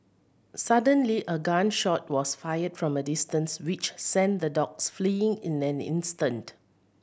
suddenly a gun shot was fired from a distance which sent the dogs fleeing in an instant